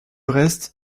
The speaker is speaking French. reste